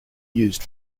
used